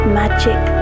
magic